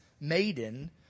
maiden